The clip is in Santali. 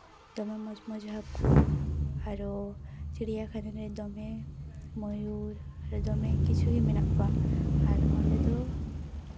ᱫᱚᱢᱮ ᱢᱚᱡᱽ ᱢᱚᱡᱽ ᱦᱟᱹᱠᱩ ᱟᱨᱚ ᱪᱤᱲᱭᱟᱠᱷᱟᱱᱟ ᱨᱮ ᱫᱚᱢᱮ ᱢᱚᱭᱩᱨ ᱟᱨ ᱫᱚᱢᱮ ᱠᱤᱪᱷᱩ ᱜᱮ ᱢᱮᱱᱟᱜ ᱠᱚᱣᱟ ᱟᱨ ᱚᱸᱰᱮ ᱫᱚ